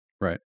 Right